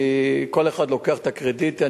וכל אחד לוקח את הקרדיט.